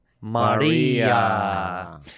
maria